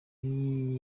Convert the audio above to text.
yari